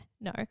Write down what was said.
No